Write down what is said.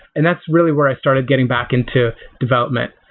and that's really where i started getting back into development.